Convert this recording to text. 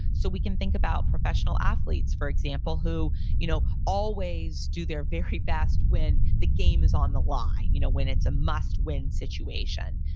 so we can think about professional athletes, for example, who you know always do their very best when the game is on the line, you know when it's a must win situation.